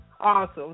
Awesome